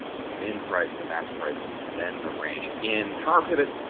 the min price, the max price and then the range. in power pivot,